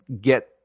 get